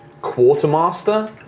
Quartermaster